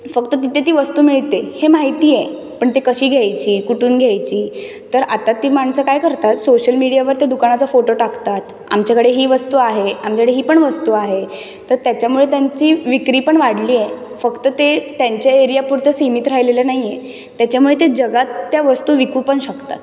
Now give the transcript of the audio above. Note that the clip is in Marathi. फक्त तिथे ती वस्तू मिळते हे माहिती आहे पण ते कशी घ्यायची कुठून घ्यायची तर आता ती माणसं काय करतात सोशल मीडियावर त्या दुकानाचा फोटो टाकतात आमच्याकडे ही वस्तू आहे आमच्याकडे ही पण वस्तू आहे तर त्याच्यामुळे त्यांची विक्री पण वाढली आहे फक्त ते त्यांच्या एरियापुरतं सिमित राहिलेलं नाही आहे त्याच्यामुळे ते जगात त्या वस्तू विकू पण शकतात